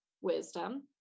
wisdom